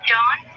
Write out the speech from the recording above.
John